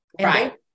Right